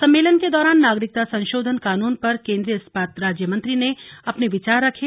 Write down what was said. सम्मेलन के दौरान नागरिकता संशोधन कानून पर केंद्रीय इस्पात राज्य मंत्री ने अपने विचार रखे